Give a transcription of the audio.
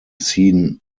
seen